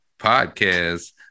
podcast